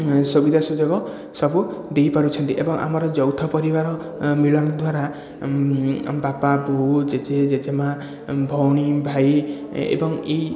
ସୁବିଧା ସୁଯୋଗ ସବୁ ଦେଇପାରୁଛନ୍ତି ଏବଂ ଆମର ଯୌଥ ପରିବାର ମିଳନ ଦ୍ଵାରା ଆମ ବାପା ବୋଉ ଜେଜେ ଜେଜେମା ଭଉଣୀ ଭାଇ ଏବଂ ଏହି